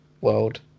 world